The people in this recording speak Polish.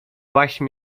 waśń